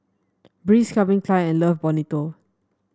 Breeze Calvin Klein and Love Bonito